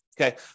Okay